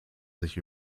sich